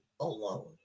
alone